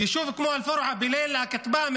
יישוב כמו אל-פורעה, בליל הכטב"מים,